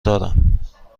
دارم